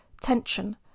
tension